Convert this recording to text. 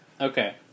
Okay